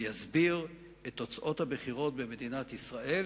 יסביר את תוצאות הבחירות במדינת ישראל,